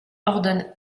ordonne